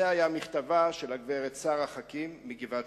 זה היה מכתבה של הגברת שרה חכים מגבעת-שמואל.